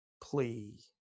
plea